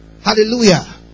Hallelujah